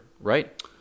Right